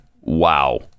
Wow